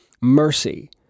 mercy